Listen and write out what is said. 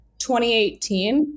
2018